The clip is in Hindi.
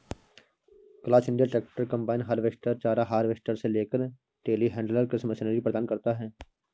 class India tractor, combine harvester, चारा हार्वेस्टर से लेकर टेलीहैंडलर कृषि मशीनरी प्रदान करता है